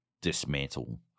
dismantle